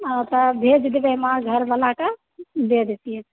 हँ तऽ भेज देबै हम घरबलाके दऽ देतियै